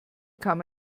kann